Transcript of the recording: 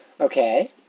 Okay